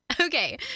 Okay